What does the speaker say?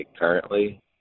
currently